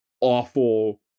awful